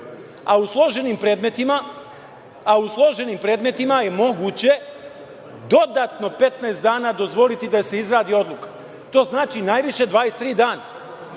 a u složenim predmetima je moguće dodatno 15 dana dozvoliti da se izradi odluka, to znači najviše 23 dana.